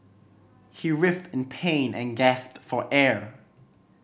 he writhed in pain and gasped for air